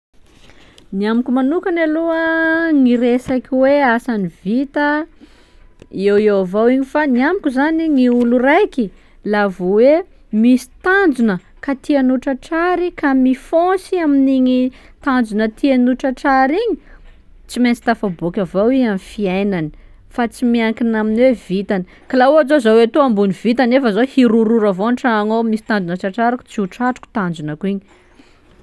Ny amiko manokany aloha, gny resaky hoe asan'ny vinta ieo ieo avao igny fa ny amiko zany gny olo raiky la vô oe misy tanjona ka tiany ho tratrary ka mifônsy amin'igny tanjona tiany ho tratrary igny, tsy maintsy tafabôky avao iha amy fiainany, fa tsy miankina amin'ny hoe vintany; ko laha ohatsy zô zaho etoa ambony vita nefa zaho hirororo avao an-tragno ao, misy tanjona ho tratrariko tsy ho tratrako tanjonako igny.